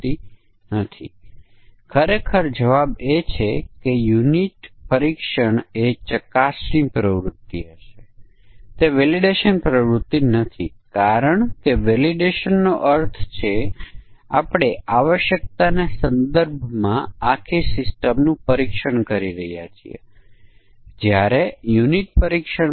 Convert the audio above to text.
આ નાનું ઉદાહરણ છે 1 થી 5000 ના વર્ગમૂળ ઉત્પન્ન કરે છે તેથી આપણે આ માટે ત્રણ સમાનતા વર્ગો ધ્યાનમાં લઈશું 1 માન્ય અને 2 અમાન્ય